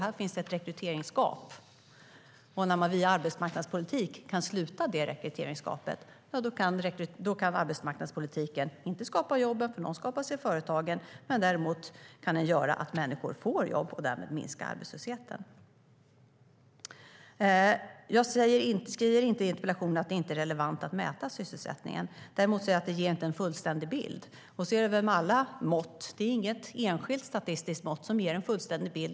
Här finns det ett rekryteringsgap. Om man kan sluta det rekryteringsgapet via arbetsmarknadspolitik kan arbetsmarknadspolitiken alltså inte skapa jobben - de skapas i företagen - men däremot göra så att människor får jobb och därmed minska arbetslösheten. Jag säger inte i svaret att det inte är relevant att mäta sysselsättningen. Däremot säger jag att det inte ger en fullständig bild. Så är det väl med alla mått. Inget enskilt statistiskt mått ger en fullständig bild.